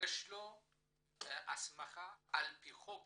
יש לו הסמכה על פי חוק